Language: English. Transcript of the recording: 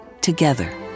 together